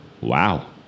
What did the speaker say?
Wow